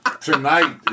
Tonight